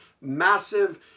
massive